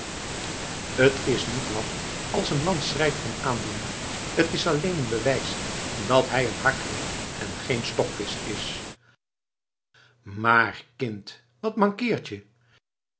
t is niet laf als een man schreit van aandoening t is alleen een bewijs dat hij een hart heeft en geen stokvisch is maar kind wat mankeert je